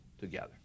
together